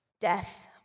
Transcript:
Death